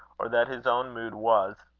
or that his own mood was,